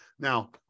Now